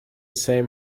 same